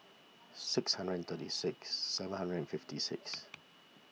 six hundred and thirty six seven hundred and fifty six